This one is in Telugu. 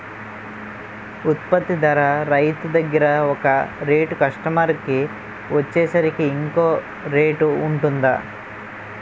ఉత్పత్తి ధర రైతు దగ్గర ఒక రేట్ కస్టమర్ కి వచ్చేసరికి ఇంకో రేట్ వుంటుందా?